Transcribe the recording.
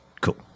cool